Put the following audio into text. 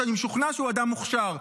שאני משוכנע שהוא אדם מוכשר,